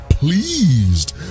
Pleased